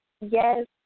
yes